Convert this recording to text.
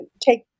take